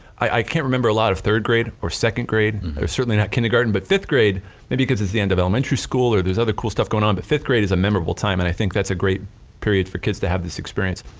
i can't remember a lot of third grade or second grade, certainly not kindergarten but fifth grade, maybe because it's the end of elementary school or there's other cool stuff going on but, fifth grade is a memorable time and i think that's a great period for kids to have this experience.